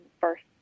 first